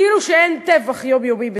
כאילו אין טבח יומיומי בסוריה,